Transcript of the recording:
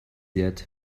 yet